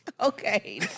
Okay